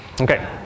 okay